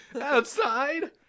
Outside